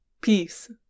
peace